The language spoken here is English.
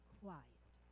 quiet